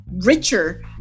richer